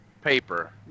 paper